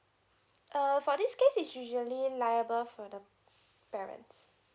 err for this case is usually liable for the parents